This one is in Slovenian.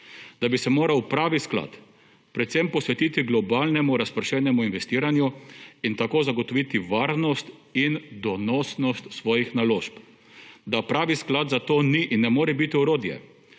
Da bi se moral upravi sklad predvsem posvetiti globalnemu razpršenemu investiranju in tako zagotoviti varnost in donosnost svojih naložb. Da pravi sklad za to ni in more biti orodje